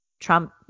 Trump